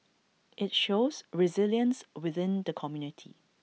IT shows resilience within the community